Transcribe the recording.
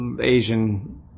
Asian